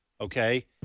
okay